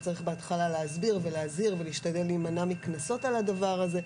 שצריך להסביר ולהזהיר ולהשתדל להימנע מקנסות על הדבר הזה,